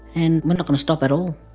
and we're not gonna stop at all.